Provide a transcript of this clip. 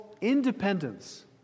independence